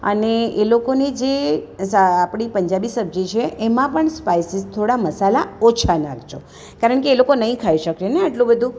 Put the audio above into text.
અને એ લોકોની જે સા આપણી પંજાબી સબ્જી છે એમાં પણ સ્પાઇસીસ થોડા મસાલા ઓછા નાખજો કારણ કે એ લોકો નહિ ખાઈ શકેને આટલું બધું